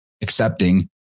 accepting